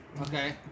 Okay